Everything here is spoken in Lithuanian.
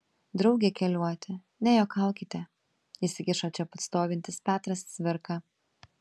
drauge keliuoti nejuokaukite įsikišo čia pat stovintis petras cvirka